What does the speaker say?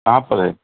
کہاں پر ہے